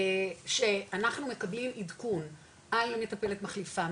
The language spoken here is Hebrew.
שאנחנו מקבלים עדכון על מטפלת מחליפה,